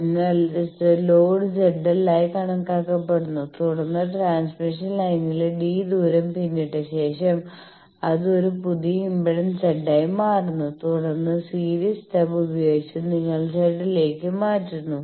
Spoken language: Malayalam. അതിനാൽ ലോഡ് ZL ആയി കണക്കാക്കപ്പെടുന്നു തുടർന്ന് ട്രാൻസ്മിഷൻ ലൈനിലെ d ദൂരം പിന്നിട്ട ശേഷം അത് ഒരു പുതിയ ഇംപെഡൻസ് Z ആയി മാറുന്നു തുടർന്ന് സീരീസ് സ്റ്റബ് ഉപയോഗിച്ച് നിങ്ങൾ Z ലേക്ക് മാറ്റുന്നു